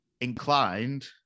inclined